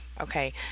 Okay